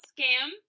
Scam